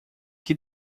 que